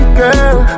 girl